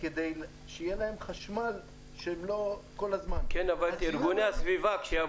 כדי שיהיה להם חשמל --- אבל כשיבואו